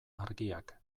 argiak